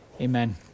amen